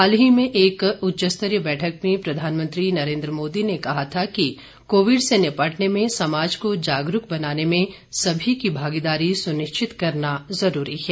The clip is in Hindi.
हाल ही में एक उच्चस्तरीय बैठक में प्रधानमंत्री नरेन्द्र मोदी ने कहा था कि कोविड से निपटने में समाज को जागरूक बनाने में सभी की भागीदारी सुनिश्चित करना जरूरी है